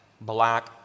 black